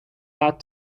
that